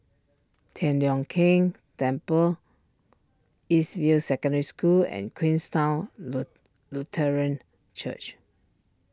Tian Leong Keng Temple East View Secondary School and Queenstown Lutheran Church